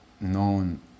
known